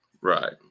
right